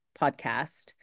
podcast